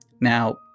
Now